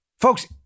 Folks